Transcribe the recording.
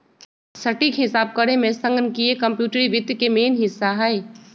सटीक हिसाब करेमे संगणकीय कंप्यूटरी वित्त के मेन हिस्सा हइ